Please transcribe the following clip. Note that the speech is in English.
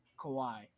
Kawhi